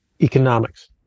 economics